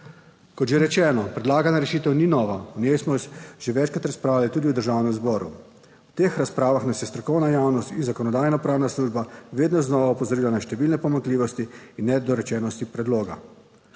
Kot že rečeno, predlagana rešitev ni nova, o njej smo že večkrat razpravljali tudi v Državnem zboru. V teh razpravah nas je strokovna javnost in Zakonodajno-pravna služba vedno znova opozorila na številne pomanjkljivosti in nedorečenosti predloga.